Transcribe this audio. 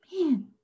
man